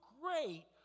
great